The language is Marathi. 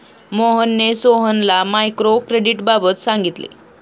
मोहनने सोहनला मायक्रो क्रेडिटबाबत सांगितले